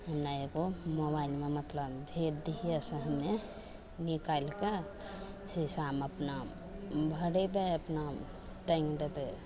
हमरा एगो मोबाइलमे मतलब भेजि दिहेँ से हमे निकालिके शीशामे अपना भरेबै अपना टाँगि देबै